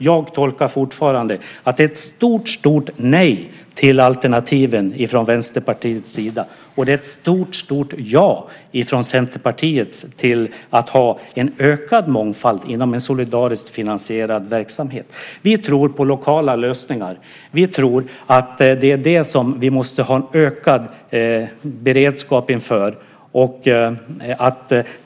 Jag tolkar det fortfarande så att det är ett stort, stort nej till alternativen från Vänsterpartiets sida och ett stort, stort ja från Centerpartiets sida till att ha en ökad mångfald inom en solidariskt finansierad verksamhet. Vi tror på lokala lösningar. Vi tror att det är det som vi måste ha ökad beredskap inför.